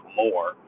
more